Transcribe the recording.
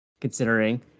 considering